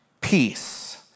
peace